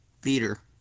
Feeder